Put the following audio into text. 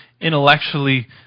intellectually